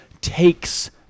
takes